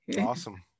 Awesome